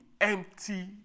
empty